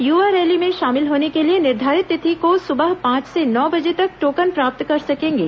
युवा रैली में शामिल होने के लिए निर्धारित तिथि को सुबह पांच से नौ बजे तक टोकन प्राप्त कर सकेंगे